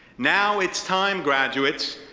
now, it's time, graduates,